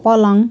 पलङ